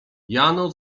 jano